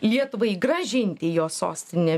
lietuvai grąžinti jos sostinę